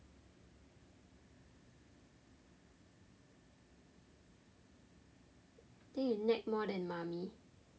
think you nag more than mummy